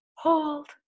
Hold